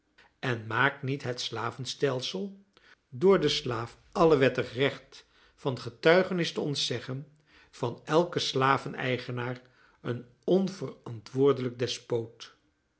en maakt niet het slavenstelsel door den slaaf alle wettig recht van getuigenis te ontzeggen van elken slaveneigenaar een onverantwoordelijk despoot